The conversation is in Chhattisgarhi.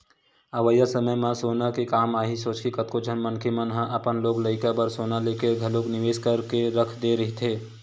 अवइया समे म सोना के काम आही सोचके कतको झन मनखे मन ह अपन लोग लइका बर सोना लेके घलो निवेस करके रख दे रहिथे